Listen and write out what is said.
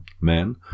men